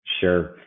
Sure